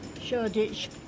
Shoreditch